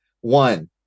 One